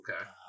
okay